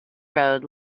road